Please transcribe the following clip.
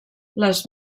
les